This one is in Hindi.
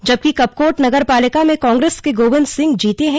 जबकि कपकोट नगर पालिका में कांग्रेस के गोविंद सिंह जीते हैं